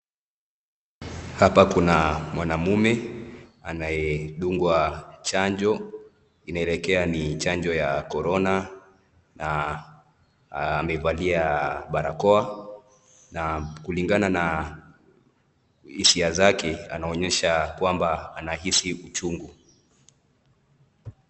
Hapa kuna mwanamume anayedungwa chanjo, inaelekea ni chanjo ya korona na amevalia barakoa na kulingana na hisia zake, anaonyesha kwamba anahisi uchungu.